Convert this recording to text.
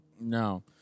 No